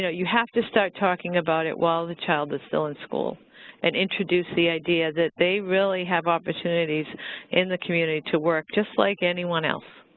yeah you have to start talking about it while the child is still in school and introduce the idea that they really have opportunities in the community to work just like anyone else.